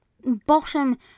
bottom